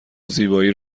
زیبایی